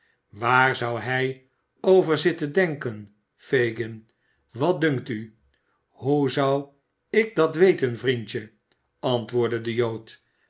waar zou hij over zitten denken fagin wat dunkt u hoe zou ik dat weten vriendje antwoordde de jood